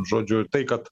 žodžiu tai kad